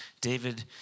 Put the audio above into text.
David